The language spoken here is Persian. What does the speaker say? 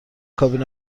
کابین